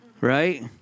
right